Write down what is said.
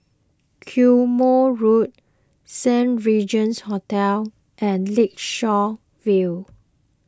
Quemoy Road Saint Regis Hotel and Lakeshore View